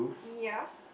ya